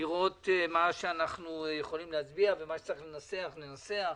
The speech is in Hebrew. לראות על מה אנחנו יכולים להצביע ומה שצריך לנסח ננסח.